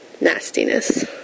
nastiness